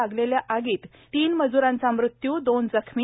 लागलेल्या आगीत तीन मजुरांचा मृत्यू दोन जखमी